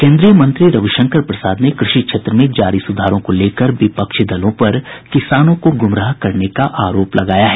केंद्रीय मंत्री रविशंकर प्रसाद ने कृषि क्षेत्र में जारी सुधारों को लेकर विपक्षी दलों पर किसानों को गुमराह करने का आरोप लगाया है